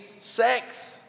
sex